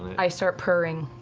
i start purring.